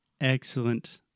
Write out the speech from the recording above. excellent